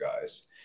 guys